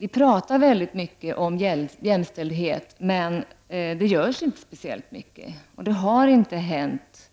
Vi pratar mycket om jämställdhet, men det görs inte speciellt mycket; det har inte hänt